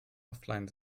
offline